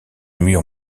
mur